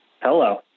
Hello